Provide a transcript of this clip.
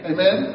Amen